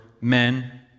men